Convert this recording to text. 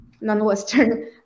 non-Western